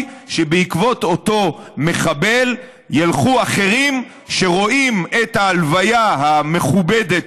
שבעקבות אותו מחבל ילכו אחרים שרואים את ההלוויה "המכובדת",